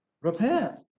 Repent